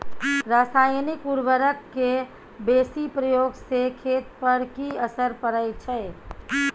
रसायनिक उर्वरक के बेसी प्रयोग से खेत पर की असर परै छै?